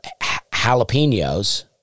jalapenos